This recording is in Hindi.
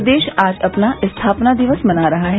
प्रदेश आज अपना स्थापना दिवस मना रहा है